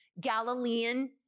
Galilean